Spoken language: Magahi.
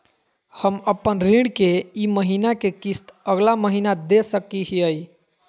हम अपन ऋण के ई महीना के किस्त अगला महीना दे सकी हियई?